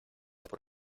por